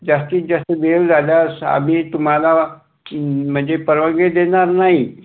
जास्तीत जास्त वेळ झाल्यास आम्ही तुम्हाला म्हणजे परवानगी देणार नाही